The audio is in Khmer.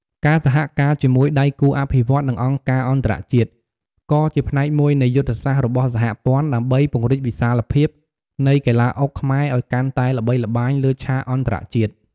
ការសហការជាមួយដៃគូអភិវឌ្ឍន៍ និងអង្គការអន្តរជាតិ ក៏ជាផ្នែកមួយនៃយុទ្ធសាស្ត្ររបស់សហព័ន្ធ ដើម្បីពង្រីកវិសាលភាពនៃកីឡាអុកខ្មែរឱ្យកាន់តែល្បីល្បាញលើឆាកអន្តរជាតិ។